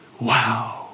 wow